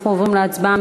אנחנו עוברים להצבעה.